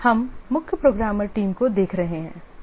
हम मुख्य programmer team को देख रहे थे